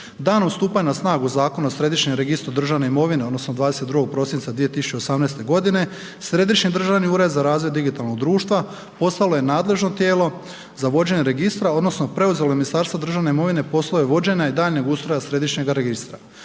Danom stupanja na snagu Zakona o Središnjem registru državne imovine odnosno 22. prosinca 2018. godine središnji državni ured za razvoj digitalnog društva postalo je nadležno tijelo za vođenje registra odnosno preuzelo je Ministarstvo državne imovine poslove vođenja i daljnjeg ustroja središnjega registra.